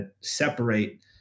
separate